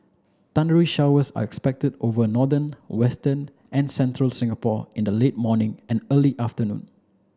thundery showers are expected over northern western and central Singapore in the late morning and early afternoon